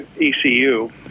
ECU